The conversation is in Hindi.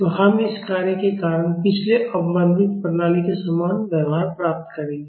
तो हम इस कार्य के कारण पिछले अवमंदित प्रणाली के समान व्यवहार प्राप्त करेंगे